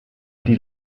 die